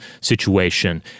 situation